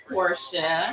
Portia